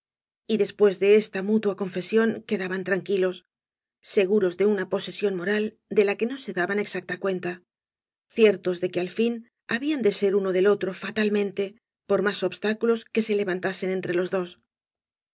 y después de esta mutua confesión quedaban tranquilos seguros de una posesión moral de la que no se daban exacta cuenta ciertos de que al fin hablan de ser uno del otro fatalmente por más obstáculos que se levantasea entre los dos